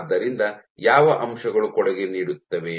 ಆದ್ದರಿಂದ ಯಾವ ಅಂಶಗಳು ಕೊಡುಗೆ ನೀಡುತ್ತವೆ